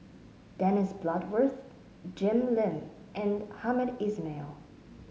Dennis Bloodworth Jim Lim and Hamed Ismail